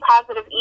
positive